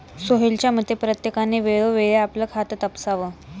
सोहेलच्या मते, प्रत्येकाने वेळोवेळी आपलं खातं तपासावं